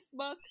Facebook